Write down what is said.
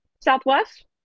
Southwest